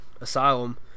Asylum